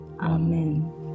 Amen